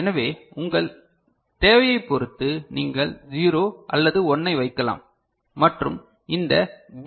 எனவே உங்கள் தேவையைப் பொறுத்து நீங்கள் 0 அல்லது 1 ஐ வைக்கலாம் மற்றும் இந்த பி